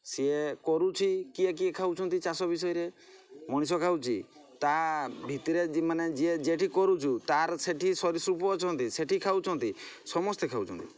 ସେ କରୁଛି କିଏ କିଏ ଖାଉଛନ୍ତି ଚାଷ ବିଷୟରେ ମଣିଷ ଖାଉଛି ତା ଭିତରେ ମାନେ ଯିଏ ଯେଉଁଠି କରୁଛୁ ତା'ର ସେଠି ସରୀସୃପ ଅଛନ୍ତି ସେଠି ଖାଉଛନ୍ତି ସମସ୍ତେ ଖାଉଛନ୍ତି